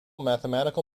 mathematical